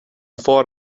far